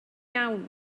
iawn